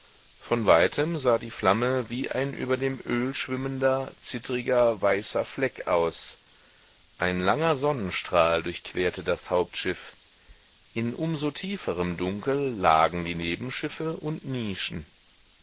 von weitem sah die flamme wie ein über dem öl schwimmender zittriger weißer fleck aus ein langer sonnenstrahl durchquerte das hauptschiff in um so tieferem dunkel lagen die nebenschiffe und nischen